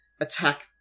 attack